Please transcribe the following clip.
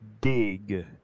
dig